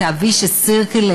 את ה-vicious circle,